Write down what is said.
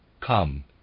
Come